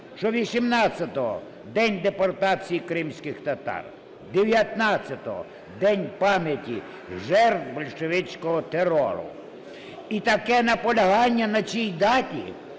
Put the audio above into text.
що 18 – День депортації кримських татар, 19 – День пам'яті жертв більшовицького терору. І таке наполягання на цій даті,